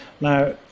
Now